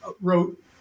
wrote